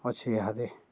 ଅଛି ଏହାଦେ